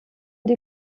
die